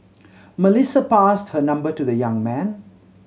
Melissa passed her number to the young man